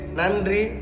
Nandri